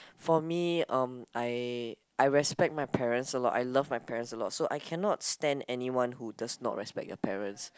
for me um I I respect my parents alot I love my parents alot so I cannot stand anyone who does not respect their parents